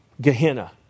Gehenna